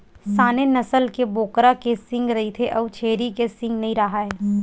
Saanen नसल के बोकरा के सींग रहिथे अउ छेरी के सींग नइ राहय